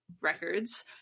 records